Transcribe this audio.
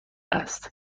است